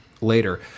later